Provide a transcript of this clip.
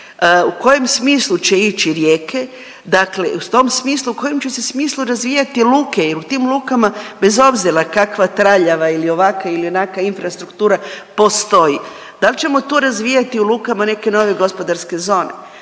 u kojem smislu će ići rijeke, dakle u tom smislu i u kojem će se smislu razvijati luke jer u tim lukama bez obzira kakva traljava ili ovakva ili onakva infrastruktura postoji. Dal ćemo to razvijati u lukama neke nove gospodarske zone,